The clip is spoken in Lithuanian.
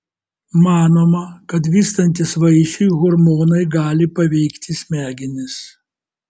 manoma kad vystantis vaisiui hormonai gali paveikti smegenis